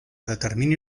determini